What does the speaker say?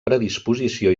predisposició